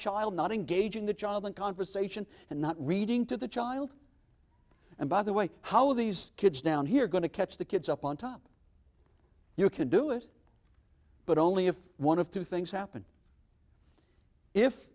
child not engaging the child in conversation and not reading to the child and by the way how these kids down here are going to catch the kids up on top you can do it but only if one of two things happen if